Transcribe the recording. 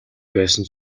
байсан